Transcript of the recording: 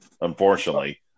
unfortunately